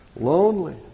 lonely